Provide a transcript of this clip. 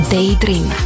Daydream